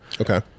Okay